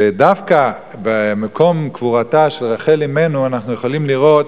ודווקא במקום קבורתה של רחל אמנו אנחנו יכולים לראות